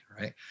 right